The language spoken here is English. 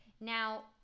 Now